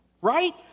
right